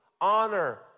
honor